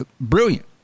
brilliant